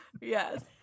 Yes